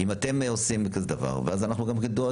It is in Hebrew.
אם אתם עושים כזה דבר אנחנו דואגים,